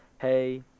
hey